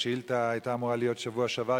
השאילתא היתה אמורה להיות בשבוע שעבר,